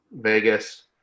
Vegas